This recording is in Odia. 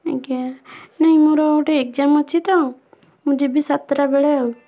ଆଜ୍ଞା ନାଇ ମୋର ଗୋଟେ ଏକ୍ସାମ୍ ଅଛି ତ ମୁଁ ଯିବି ସାତଟା ବେଳେ ଆଉ